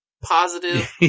positive